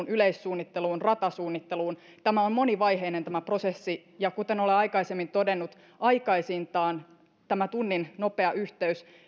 yleissuunnitteluun ratasuunnitteluun tämä on monivaiheinen prosessi ja kuten olen aikaisemmin todennut aikaisintaan tämä tunnin nopea yhteys